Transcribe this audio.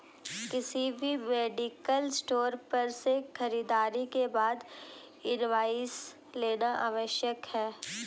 किसी भी medical store पर से खरीदारी के बाद इनवॉइस लेना आवश्यक है